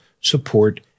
support